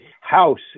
house